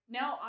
now